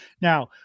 Now